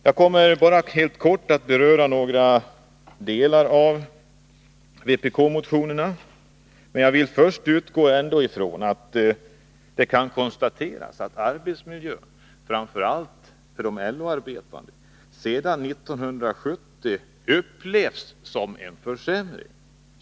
Jag kommer att helt kort beröra vissa delar av vpk-motionerna, men vill ändå först utgå ifrån konstaterandet att man har upplevt att det efter 1970 inträtt en försämring av arbetsmiljön. Framför allt gäller detta för LO-arbetarna.